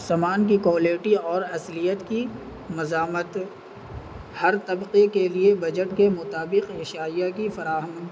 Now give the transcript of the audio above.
سامان کی کوالٹی اور اصلیت کی مضامت ہر طبقے کے لیے بجٹ کے مطابق اشائیہ کی فراہمت